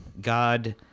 God